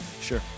Sure